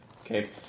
Okay